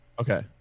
Okay